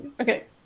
Okay